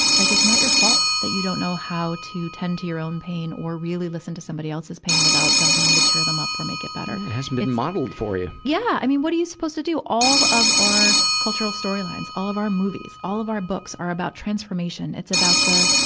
like it's not your fault that you don't know how to tend to your own pain or really listen to somebody else's pain without jumping in to cheer them up or make them better. it been modeled for you. yeah! i mean, what are you supposed to do? all of our cultural storylines, all of our movies, all of our books are about transformation. it's about the,